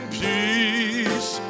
peace